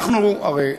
אנחנו הרי,